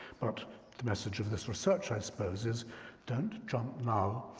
but the message of this research, i suppose, is don't jump now,